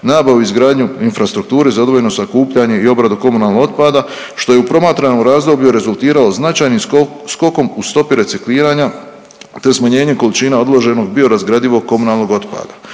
nabavu i izgradnju infrastrukture za odvojeno sakupljanje i obradu komunalnog otpada, što je u promatranom razdoblju rezultiralo značajnim skokom u stopi recikliranja, te smanjenje količina odloženog biorazgradivog komunalnog otpada,